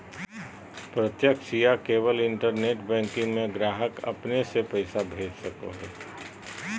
प्रत्यक्ष या केवल इंटरनेट बैंकिंग में ग्राहक अपने से पैसा भेज सको हइ